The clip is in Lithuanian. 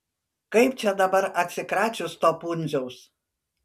kaip čia dabar atsikračius to pundziaus